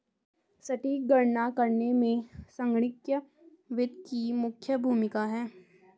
सटीक गणना करने में संगणकीय वित्त की मुख्य भूमिका है